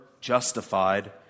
justified